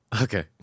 Okay